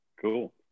Cool